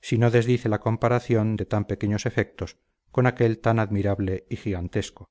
si no desdice la comparación de tan pequeños efectos con aquel tan admirable y gigantesco